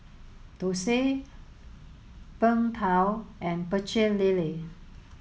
Thosai Png Tao and Pecel Lele